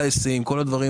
ההיסעים וכו',